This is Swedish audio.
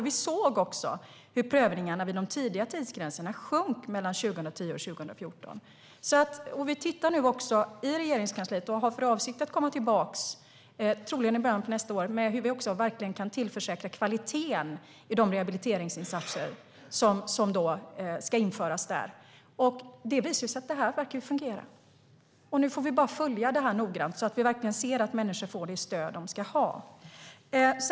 Vi såg också hur prövningarna vid de tidiga tidsgränserna sjönk mellan 2010 och 2014. Vi tittar nu på detta i Regeringskansliet och har för avsikt att komma tillbaka, troligen i början av nästa år, med förslag på hur vi ska kunna säkerställa kvaliteten i de rehabiliteringsinsatser som ska införas. Det visar ju sig att det här verkar fungera. Nu får vi bara följa det noggrant, så att vi verkligen ser att människor får det stöd de ska ha.